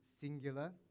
singular